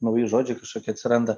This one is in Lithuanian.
nauji žodžiai kažkokie atsiranda